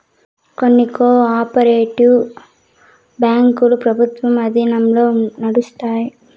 కొన్ని cooperative బ్యాంకులు ప్రభుత్వం ఆధీనంలో నడుత్తాయి